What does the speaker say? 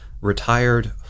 retired